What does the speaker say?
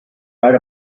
ride